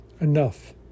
Enough